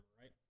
right